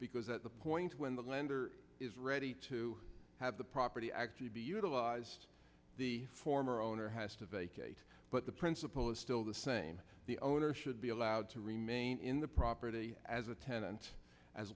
because at the point when the lender is ready to have the property actually be utilized the former owner has to vacate but the principle is still the same the owner should be allowed to remain in the property as a tenant as